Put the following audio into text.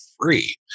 free